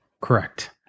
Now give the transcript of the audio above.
Correct